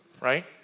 right